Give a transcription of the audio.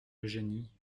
eugénie